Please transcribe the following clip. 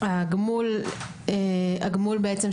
הגמול בעצם,